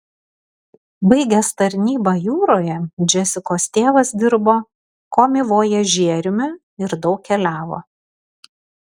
baigęs tarnybą jūroje džesikos tėvas dirbo komivojažieriumi ir daug keliavo